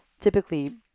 typically